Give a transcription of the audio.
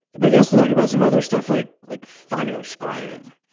but you also talk about some other stuff like like fire scrying.